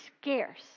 scarce